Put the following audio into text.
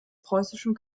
preußischen